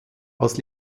als